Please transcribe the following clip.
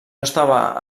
estava